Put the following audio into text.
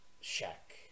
shack